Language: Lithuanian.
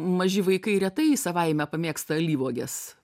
maži vaikai retai savaime pamėgsta alyvuoges